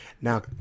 Now